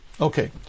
Okay